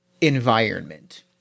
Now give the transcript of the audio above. environment